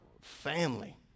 family